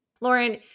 Lauren